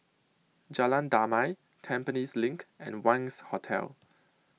Jalan Damai Tampines LINK and Wangz Hotel